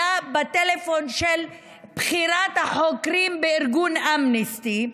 בטלפון של בכירת החוקרים בארגון אמנסטי,